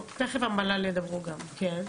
טוב, תיכף המל"ל ידברו גם.